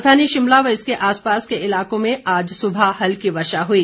राजधानी शिमला व इसके आसपास के इलाकों में आज सुबह हल्की वर्षा हुई